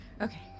okay